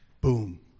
boom